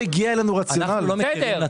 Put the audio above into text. הנותנים שגורמי המקצוע במשרדים מכירים.